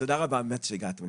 ותודה רבה באמת שהגעתם,